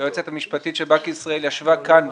היועצת המשפטית של בנק ישראל ישבה כאן,